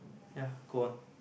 ya go on